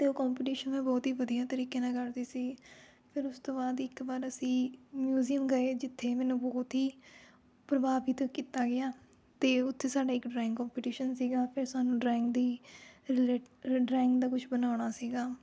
ਅਤੇ ਉਹ ਕੰਪੀਟੀਸ਼ਨ ਮੈਂ ਬਹੁਤ ਹੀ ਵਧੀਆ ਤਰੀਕੇ ਨਾਲ ਕਰਦੀ ਸੀ ਫਿਰ ਉਸ ਤੋਂ ਬਾਅਦ ਇੱਕ ਵਾਰ ਅਸੀਂ ਮਿਊਂਜ਼ੀਅਮ ਗਏ ਜਿੱਥੇ ਮੈਨੂੰ ਬਹੁਤ ਹੀ ਪ੍ਰਭਾਵਿਤ ਕੀਤਾ ਗਿਆ ਅਤੇ ਉੱਥੇ ਸਾਡਾ ਇੱਕ ਡਰਾਇੰਗ ਕੰਮਪੀਟੀਸ਼ਨ ਸੀ ਫਿਰ ਸਾਨੂੰ ਡਰਾਇੰਗ ਦੀ ਡਰਾਇੰਗ ਦਾ ਕੁਛ ਬਣਾਉਣਾ ਸੀ